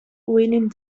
winning